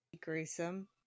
Gruesome